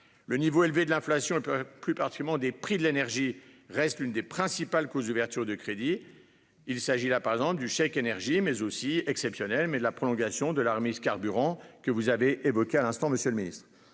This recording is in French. Le niveau élevé de l'inflation et plus particulièrement des prix de l'énergie reste l'une des principales causes d'ouvertures de crédits. Il s'agit par exemple du chèque énergie exceptionnel, mais aussi de la prolongation de la remise carburant que vous avez évoquée, monsieur le ministre.